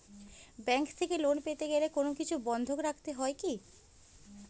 Bank থেকে loan পেতে গেলে কোনো কিছু বন্ধক রাখতে হয় কি?